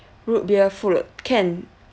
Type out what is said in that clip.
root beer float can